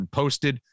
posted